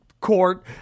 court